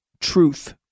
truth